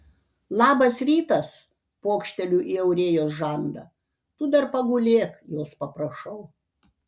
labas rytas pokšteliu į aurėjos žandą tu dar pagulėk jos paprašau